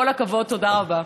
כל הכבוד, תודה רבה.